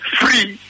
free